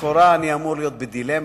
לכאורה אני אמור להיות בדילמה,